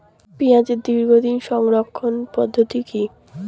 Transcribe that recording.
পেঁয়াজের দীর্ঘদিন সংরক্ষণ পদ্ধতি কি?